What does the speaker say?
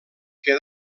que